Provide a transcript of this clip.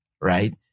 right